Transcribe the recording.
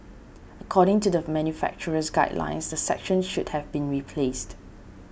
according to the manufacturer's guidelines the section should have been replaced